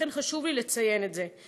לכן חשוב לי לציין את זה.